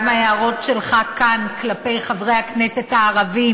גם ההערות שלך כאן כלפי חברי הכנסת הערבים